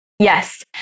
Yes